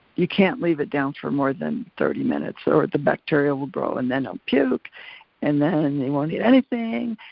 you can't leave it down for more than thirty minutes or the bacteria will grow and then he'll puke and then he won't eat anything,